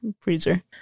freezer